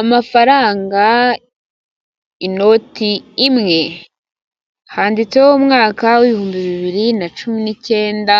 Amafaranga inoti imwe handitseho umwaka w'ibihumbi bibiri na cumi n'icyenda,